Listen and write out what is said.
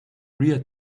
rear